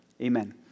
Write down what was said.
Amen